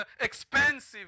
expensive